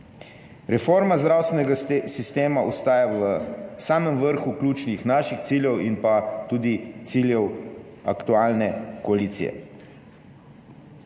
Reforma zdravstvenega sistema ostaja v samem vrhu ključnih naših ciljev in tudi ciljev aktualne koalicije.